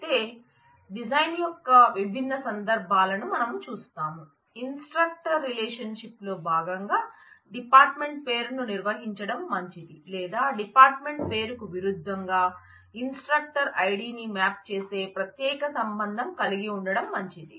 అయితే డిజైన్ యొక్క విభిన్న సందర్భాలను మనం చూస్తాం ఇన్ స్ట్రక్టర్ రిలేషన్షిప్ లో భాగంగా డిపార్ట్మెంట్ పేరును నిర్వహించడం మంచిది లేదా డిపార్ట్మెంట్ పేరుకు విరుద్ధంగా ఇన్స్ట్రక్టర్ ఐడిని మ్యాప్ చేసే ప్రత్యేక సంబంధం కలిగి ఉండటం మంచిది